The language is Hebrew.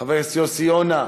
חבר הכנסת יוסי יונה.